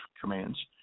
commands